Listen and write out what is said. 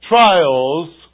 trials